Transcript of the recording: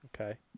okay